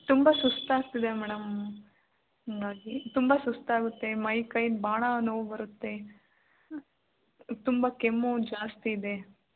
ತುಂಬ ಸುಸ್ತಾಗ್ತಿದೆ ಮೇಡಮ್ ಹಾಗಾಗಿ ತುಂಬ ಸುಸ್ತಾಗುತ್ತೆ ಮೈಕೈ ಬಹಳ ನೋವು ಬರುತ್ತೆ ತುಂಬ ಕೆಮ್ಮು ಜಾಸ್ತಿ ಇದೆ